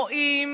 רואים